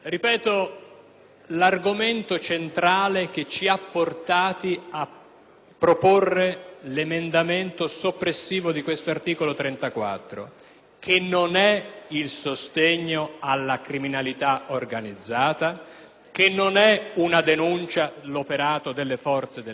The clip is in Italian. proporre l'emendamento soppressivo dell'articolo 34, che non è il sostegno alla criminalità organizzata, che non è una denuncia sull'operato delle forze dell'ordine, ma che è il tentativo di recuperare un minimo di dignità,